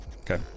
Okay